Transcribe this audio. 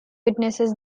witnesses